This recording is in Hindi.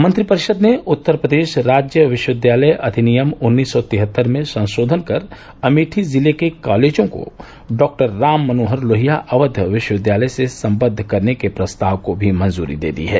मंत्रिपरिषद ने उत्तर प्रदेश राज्य विश्वविद्यालय अधिनियम उन्नीस सौ तिहत्तर में संशोधन कर अमेठी जिले के कॉलेजों को डॉक्टर राम मनोहर लोहिया अक्ष विश्वविद्यालय से संबद्व करने के प्रस्ताव को भी मंजूरी दे दी है